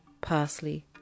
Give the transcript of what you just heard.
Parsley